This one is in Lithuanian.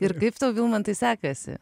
ir kaip tau vilmantai sekasi